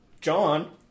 John